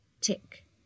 tick